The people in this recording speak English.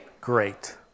great